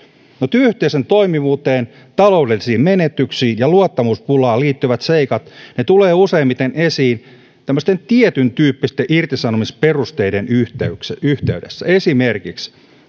työyhteisön toimivuuteen taloudellisiin menetyksiin ja luottamuspulaan liittyvät seikat tulevat useimmiten esiin tämmöisten tietyntyyppisten irtisanomisperusteiden yhteydessä yhteydessä esimerkiksi